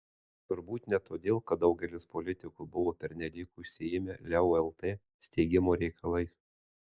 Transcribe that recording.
turbūt ne todėl kad daugelis politikų buvo pernelyg užsiėmę leo lt steigimo reikalais